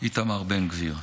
איתמר בן גביר.